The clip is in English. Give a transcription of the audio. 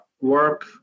work